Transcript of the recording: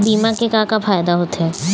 बीमा के का फायदा होते?